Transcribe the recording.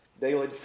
daily